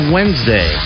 Wednesday